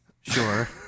Sure